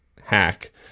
hack